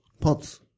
Pots